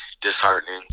disheartening